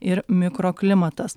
ir mikroklimatas